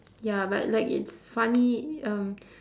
ya but like is funny